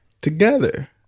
Together